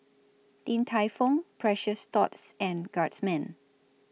Din Tai Fung Precious Thots and Guardsman